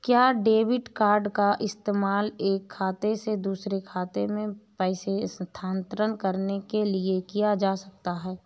क्या debit card का इस्तेमाल एक खाते से दूसरे खाते में पैसे स्थानांतरण करने के लिए किया जा सकता है?